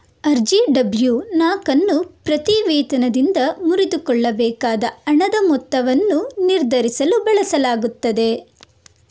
ಅರ್ಜಿ ಡಬ್ಲ್ಯೂ ನಾಲ್ಕನ್ನು ಪ್ರತಿ ವೇತನದಿಂದ ಮುರಿದುಕೊಳ್ಳಬೇಕಾದ ಹಣದ ಮೊತ್ತವನ್ನು ನಿರ್ಧರಿಸಲು ಬಳಸಲಾಗುತ್ತದೆ